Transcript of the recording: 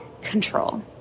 control